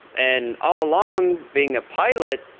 and all along being a pilot,